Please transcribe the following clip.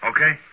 Okay